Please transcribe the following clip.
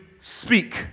speak